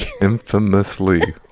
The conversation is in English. infamously